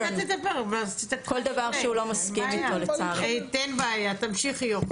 יוכי, תמשיכי.